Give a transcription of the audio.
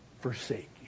forsake